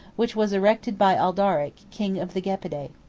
which was erected by ardaric, king of the gepidae.